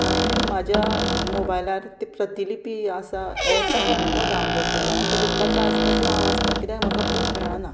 हांवें म्हाज्या मोबायलार ती प्रतिलिपी आसा एप तो डावनलोड केला तेजेर कथा आसता त्यो हांव आसता किद्याक म्हाका बूक मेळना